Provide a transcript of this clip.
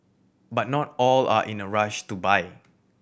but not all are in a rush to buy